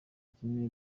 kinini